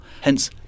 hence